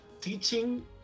teaching